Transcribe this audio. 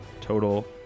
total